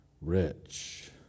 rich